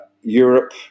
Europe